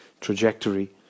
trajectory